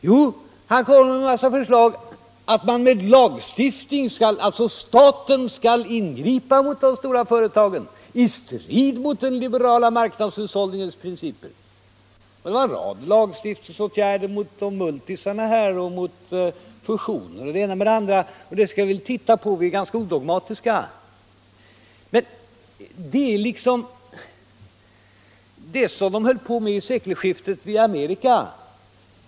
Jo, han kommer med en massa förslag om att staten med lagstiftning skall ingripa mot de stora företagen i strid mot den liberala marknadshushållningens principer. Det var en rad lagstiftningsåtgärder mot ”multisarna” och mot fusioner och det ena med det andra. Det skall vi väl titta på — vi är ganska odogmatiska. Men det är med detta som med det som man höll på med vid sekelskiftet i Amerika.